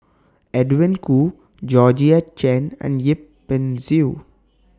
Edwin Koo Georgette Chen and Yip Pin Xiu